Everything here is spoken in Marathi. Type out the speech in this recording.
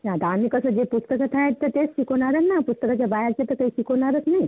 ते आता आम्ही कसं जे पुस्तकात आहे तर तेच शिकवणार आहे ना पुस्तकाच्या बाहेरचा तर काही शिकवणारच नाही